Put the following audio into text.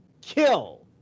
kill